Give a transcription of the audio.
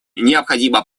необходимо